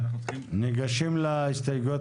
לפני שאנחנו ניגשים להסתייגויות